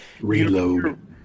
Reload